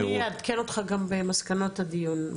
אני אעדכן אותך גם במסקנות הדיון.